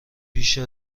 بیشتر